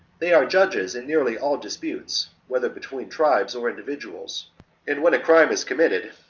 they are judges in nearly all disputes, whether between tribes or individuals and when a crime is committed,